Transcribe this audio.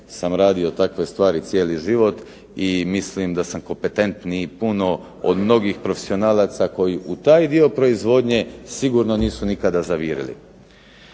sam radio takve stvari cijeli život i mislim da sam kompetentniji puno od mnogih profesionalaca koji u taj dio proizvodnje sigurno nisu nikada zavirili.